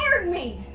me!